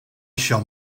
shall